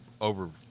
over